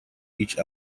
each